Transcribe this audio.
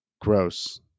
gross